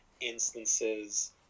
instances